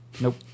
nope